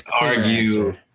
argue